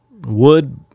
wood